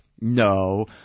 No